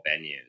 venues